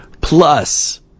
Plus